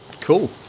Cool